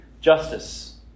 justice